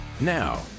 Now